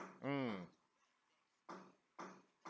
mm